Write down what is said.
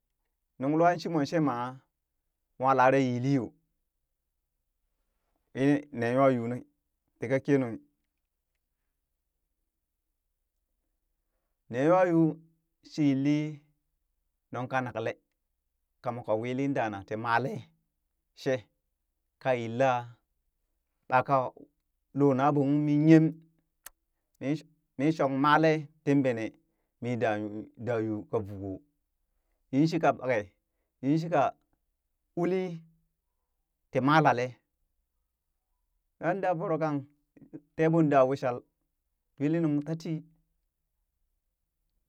Nunglwaa shimon shee maa mowa lare yili yoo mi nee nywayuu nu tika kenung nee nywayuu shi yelli nunka nakle kamoo ka wili dana tii malee shee ka yilla ɓaka wa loo na ɓoo ung min yem minshi- min shong male tin bene mii daa yuu ka vookoo yinshika ɓakee, yinshika uli ti malale waa da voro tee ɓoon daa wishal dwilinung tatii.